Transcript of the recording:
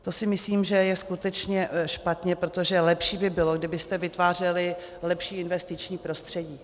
To si myslím, že je skutečně špatně, protože lepší by bylo, kdybyste vytvářeli lepší investiční prostředí.